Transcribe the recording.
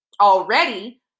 already